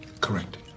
Correct